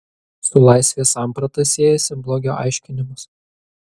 su laisvės samprata siejasi blogio aiškinimas